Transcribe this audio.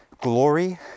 glory